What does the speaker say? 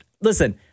listen